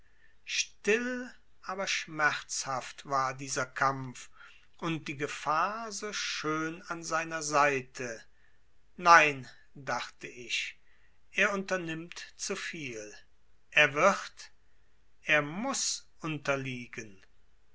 still aber schmerzhaft war dieser kampf und die gefahr so schön an seiner seite nein dachte ich er unternimmt zu viel er wird er muß unterliegen